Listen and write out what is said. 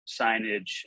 signage